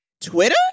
Twitter